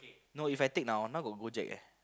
no if I take now now got Go-Jek eh